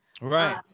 Right